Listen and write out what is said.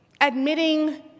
admitting